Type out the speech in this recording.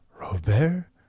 Robert